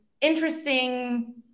interesting